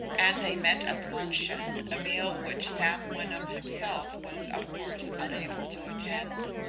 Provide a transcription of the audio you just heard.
and they met at luncheon, a meal which sam wyndham himself was of course unable to attend.